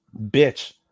Bitch